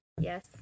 yes